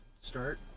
start